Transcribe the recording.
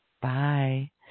Bye